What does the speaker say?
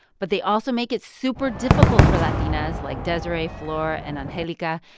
but they also make it super difficult for latinas, like desiree, flor and angelica,